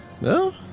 No